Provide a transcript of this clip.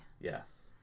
Yes